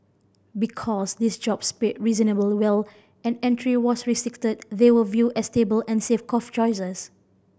because these jobs paid reasonably well and entry was restricted they were viewed as stable and safe cough choices